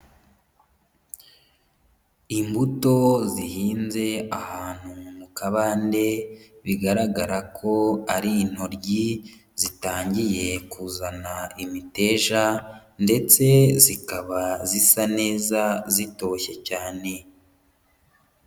Imbuto zihinze ahantu mu kabande, bigaragara ko ari intoryi, zitangiye kuzana imiteja ndetse zikaba zisa neza, zitoshye cyane.